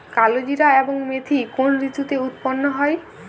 কালোজিরা এবং মেথি কোন ঋতুতে উৎপন্ন হয়?